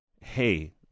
Hey